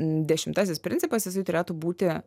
dešimtasis principas jisai turėtų būti